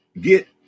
get